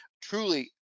Truly